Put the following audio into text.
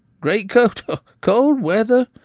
great coat! a cold weather!